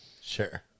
Sure